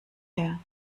her